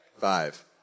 Five